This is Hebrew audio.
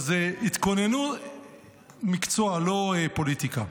אז התכונְנו, מקצוע, לא פוליטיקה.